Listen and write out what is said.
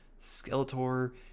Skeletor